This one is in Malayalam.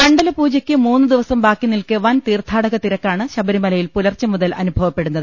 മണ്ഡലപൂജയ്ക്ക് മൂന്നുദിവസം ബാക്കിനിൽക്കെ വൻ തീർത്ഥാടക തിരക്കാണ് ശബരിമലയിൽ പുലർച്ചെ മുതൽ അനു ഭവപ്പെടുന്നത്